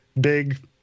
big